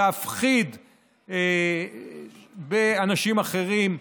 להפחיד אנשים אחרים,